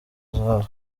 zawe